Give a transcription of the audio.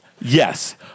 Yes